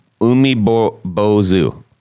Umibozu